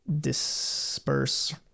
disperse